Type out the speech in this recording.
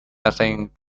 nothing